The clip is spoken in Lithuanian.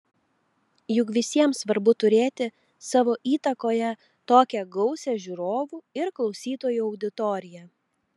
juk visiems svarbu turėti savo įtakoje tokią gausią žiūrovų ir klausytojų auditoriją